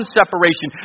separation